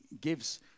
gives